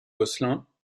gosselin